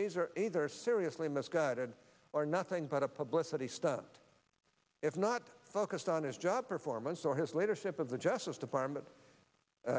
easy either seriously misguided or nothing but a publicity stunt if not focused on his job performance or his leadership of the justice department